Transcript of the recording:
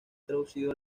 traducido